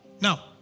Now